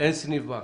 אין סניף בנק.